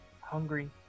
Hungry